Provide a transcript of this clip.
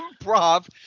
improv